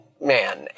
man